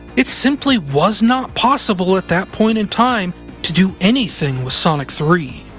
it simply was not possible at that point in time to do anything with sonic three.